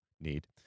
need